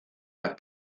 las